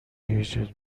ایجاد